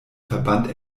verband